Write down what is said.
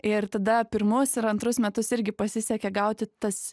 ir tada pirmus ir antrus metus irgi pasisekė gauti tas